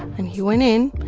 and he went in.